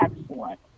excellent